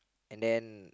and then